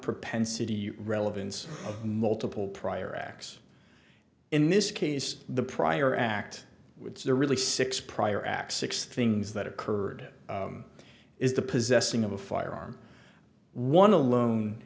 propensity relevance of multiple prior acts in this case the prior act which they're really six prior acts six things that occurred is the possessing of a firearm one alone